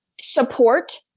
support